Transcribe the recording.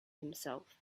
himself